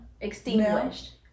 Extinguished